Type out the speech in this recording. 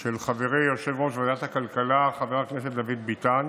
של חברי יושב-ראש ועדת הכלכלה חבר הכנסת דוד ביטן